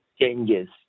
changes